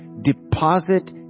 deposit